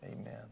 amen